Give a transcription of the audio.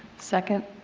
second.